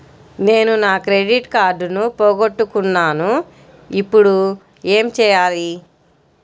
నేను నా క్రెడిట్ కార్డును పోగొట్టుకున్నాను ఇపుడు ఏం చేయాలి?